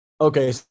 Okay